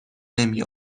نمی